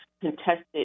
contested